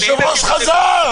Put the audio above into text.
היושב-ראש חזר,